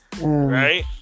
Right